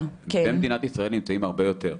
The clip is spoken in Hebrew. במדינת ישראל נמצאים הרבה יותר.